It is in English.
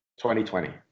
2020